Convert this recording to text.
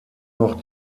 noch